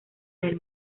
del